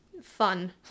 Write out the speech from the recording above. fun